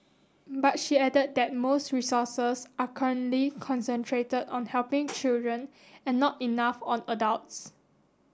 but she added that most resources are currently concentrated on helping children and not enough on adults